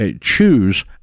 choose